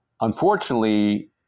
Unfortunately